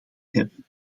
hebben